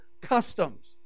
customs